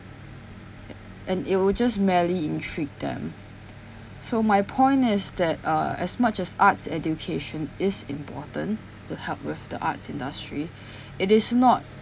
and it will just merely intrigue them so my point is that uh as much as arts education is important to help with the arts industry it is not